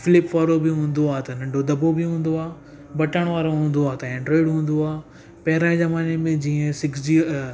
flip वारो बि हूंदो आहे त नंढो दॿो बि हूंदो आहे बतण वारो हूंदो आहे त एंड्रोइड बि हूंदो आहे पहिरियों ज़माने में जीअं सिक्स जी